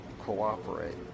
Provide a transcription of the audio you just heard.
cooperate